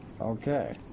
Okay